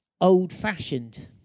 old-fashioned